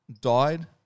died